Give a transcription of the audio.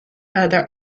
other